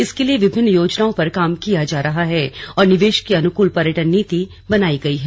इसके लिये विभिन्न योजनाओं पर काम किया जा रहा है और निवेश के अनुकूल पर्यटन नीति बनायी गयी है